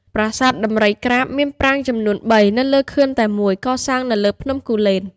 ប្រាសាទដំរីក្រាប មានប្រាង្គចំនួន ៣ នៅលើខឿនតែមួយ កសាងនៅលើភ្នំគូលែន។